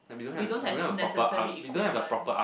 we don't have necessary equipment